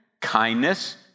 kindness